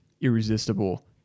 irresistible